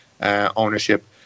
ownership